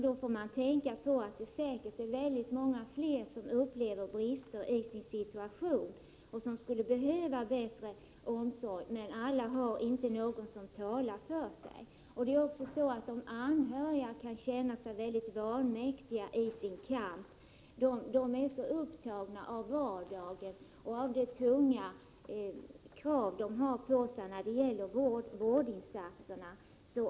Det finns säkert många flera som upplever brister i sin situation och som skulle behöva bättre omsorg. Men det är inte alla som har någon som talar för sig. De anhöriga kan känna sig mycket vanmäktiga i sin kamp. De är så upptagna av vardagen och av de tunga krav som åvilar dem när det gäller vårdinsatser.